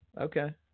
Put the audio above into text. okay